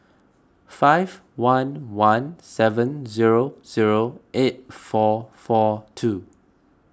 five one one seven zero zero eight four four two